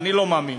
אני לא מאמין.